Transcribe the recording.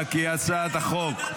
העברתם את החוק.